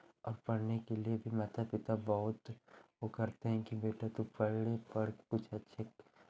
और पढ़ने के लिए भी माता पिता बहुत वो करते हैं की बेटा तू पढ़ ले पढ़ के कुछ अच्छे